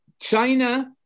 China